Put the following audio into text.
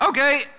Okay